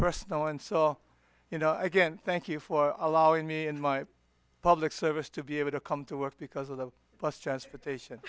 personal and so you know again thank you for allowing me in my public service to be able to come to work because of the bus transportation